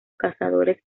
cazadores